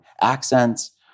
accents